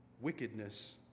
wickedness